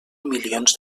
milions